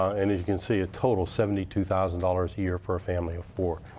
and you can see, ah total seventy two thousand dollars a year for a family of four.